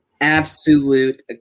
Absolute